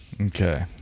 Okay